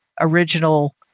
original